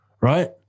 Right